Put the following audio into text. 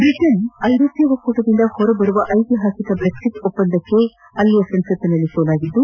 Britain ಐರೋಪ್ಟ ಒಕ್ಕೂಟದಿಂದ ಹೊರಬರುವ ಐತಿಹಾಸಿಕ ದ್ರೆಕ್ಲಿಟ್ ಒಪ್ಪಂದಕ್ಕೆ ಬ್ರಿಟನ್ ಸಂಸತ್ತಿನಲ್ಲಿ ಸೋಲಾಗಿದ್ದು